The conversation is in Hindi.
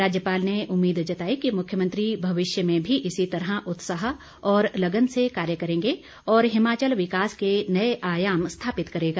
राज्यपाल ने उम्मीद जताई कि मुख्यमंत्री भविष्य में भी इसी तरह उत्साह और लगन से कार्य करेंगे और हिमाचल विकास के नए आयाम स्थापित करेगा